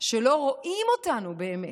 שלא רואים אותנו באמת,